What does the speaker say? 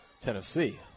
Tennessee